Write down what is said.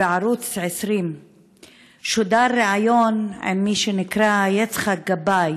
בערוץ 20 שודר ריאיון עם מי שנקרא יצחק גבאי,